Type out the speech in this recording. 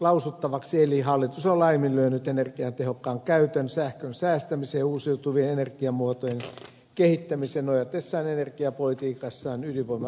hallitus on laiminlyönyt energian tehokkaan käytön sähkön säästämisen ja uusiutuvien energiamuotojen kehittämisen nojatessaan energiapolitiikassaan ydinvoiman lisäkäyttöön